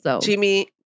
Jimmy